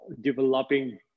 developing